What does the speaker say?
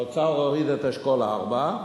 האוצר הוריד את אשכול 4,